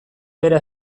bera